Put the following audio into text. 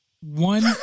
one